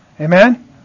amen